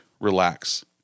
relax